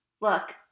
Look